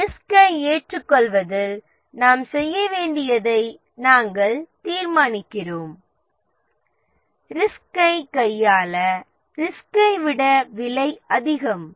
ரிஸ்கை ஏற்றுக்கொள்வதில் நாம் செய்ய வேண்டியதை நாமே தீர்மானிக்கிறோம் ரிஸ்கை கையாள ரிஸ்கை விட விலை அதிகம்